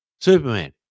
Superman